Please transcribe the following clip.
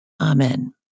Amen